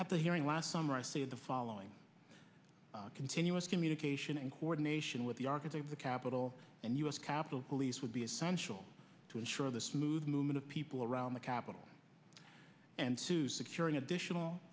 the hearing last summer i say the following continuous communication and coordination with the architect of the capitol and u s capitol police would be essential to ensure the smooth movement of people around the capital and to securing additional